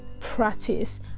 practice